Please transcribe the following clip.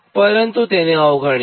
પરંતુ તેને અવગણીએ